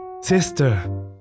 Sister